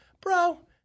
bro